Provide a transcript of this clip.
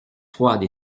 froide